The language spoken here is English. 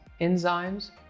enzymes